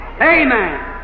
Amen